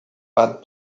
bad